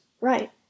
Right